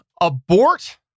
abort